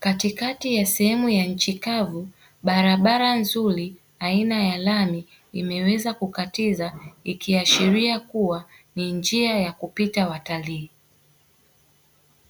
Katikati ya sehemu ya nchi kavu, barabara nzuri aina ya lami imeweza kukatiza, ikiashiria kuwa ni njia ya kupita watalii.